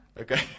Okay